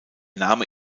name